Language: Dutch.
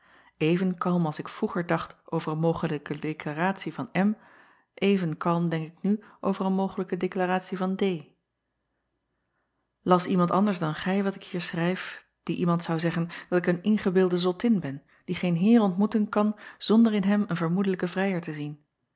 ven kalm als ik vroeger dacht over een mogelijke declaratie van even kalm denk ik nu over een mogelijke declaratie van as iemand anders dan gij wat ik hier schrijf die iemand zou zeggen dat ik een ingebeelde zottin ben die geen heer ontmoeten kan zonder in hem een vermoedelijken vrijer te zien